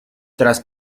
tras